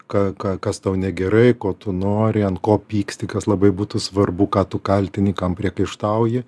ką ką kas tau negerai ko tu nori ant ko pyksti kas labai būtų svarbu ką tu kaltini kam priekaištauji